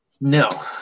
No